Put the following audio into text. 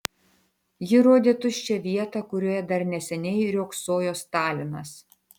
ji rodė tuščią vietą kurioje dar neseniai riogsojo stalinas